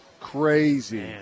Crazy